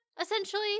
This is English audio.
essentially